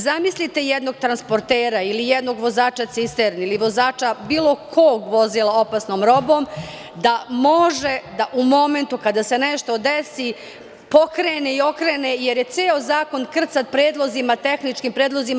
Zamislite jednog transportera ili jednog vozača cisterni ili vozača bilo kog vozila opasne robe da može da u momentu kada se nešto desi pokrene i okrene, jer je ceo zakon krcat predlozima, tehničkim predlozima.